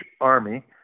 army